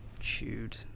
Shoot